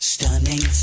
Stunning